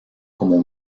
como